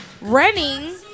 running